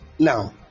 Now